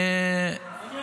-- יחסית,